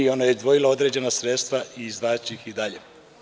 Ona je odvojila određena sredstva i izdvajaće ih i dalje.